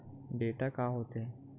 Data का होथे?